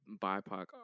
BIPOC